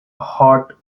hot